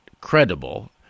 credible